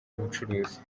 ubucuruzi